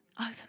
over